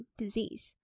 disease